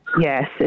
Yes